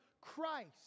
Christ